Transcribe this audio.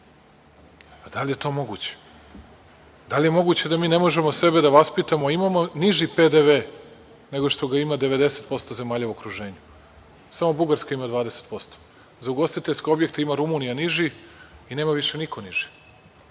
da li je to moguće? Da li je moguće da mi ne možemo sebe da vaspitamo? Imamo niži PDV nego što ga ima 90% zemalja u okruženju. Samo Bugarska ima 20%. Za ugostiteljske objekte ima Rumunija niži i nema više niko niži.